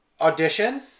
Audition